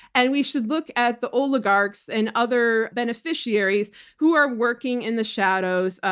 and we should look at the oligarchs and other beneficiaries who are working in the shadows,